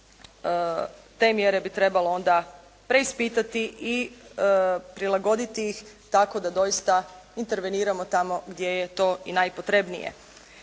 te mjere bi trebalo onda preispitati i prilagoditi ih tako da doista interveniramo tamo gdje je to i najpotrebnije.